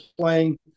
playing